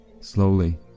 Slowly